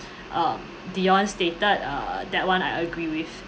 uh dion stated err that one I agree with